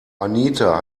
anita